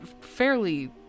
fairly